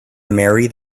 marry